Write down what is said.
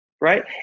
right